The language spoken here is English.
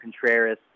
Contreras